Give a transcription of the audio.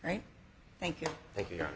right thank you thank you